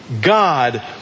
God